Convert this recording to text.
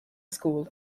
school